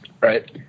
right